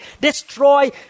destroy